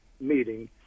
meeting